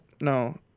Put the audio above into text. No